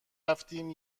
رفتیم